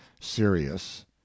serious